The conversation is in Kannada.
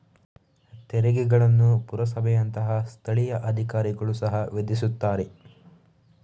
ತೆರಿಗೆಗಳನ್ನು ಪುರಸಭೆಯಂತಹ ಸ್ಥಳೀಯ ಅಧಿಕಾರಿಗಳು ಸಹ ವಿಧಿಸುತ್ತಾರೆ